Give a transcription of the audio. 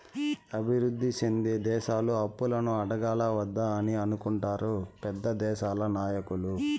అభివృద్ధి సెందే దేశాలు అప్పులను అడగాలా వద్దా అని అనుకుంటారు పెద్ద దేశాల నాయకులు